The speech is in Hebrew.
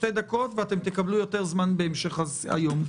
שתי דקות ותקבלו יותר זמן בהמשך היום.